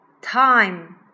time